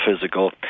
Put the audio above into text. physical